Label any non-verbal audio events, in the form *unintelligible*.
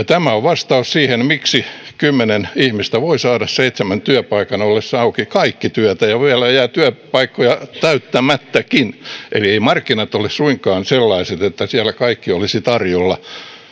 *unintelligible* tämä on vastaus siihen miksi kymmenen ihmistä voi saada seitsemän työpaikan ollessa auki kaikki työtä ja vielä jää työpaikkoja täyttämättäkin eli eivät markkinat ole suinkaan sellaiset että siellä kaikki olisi tarjolla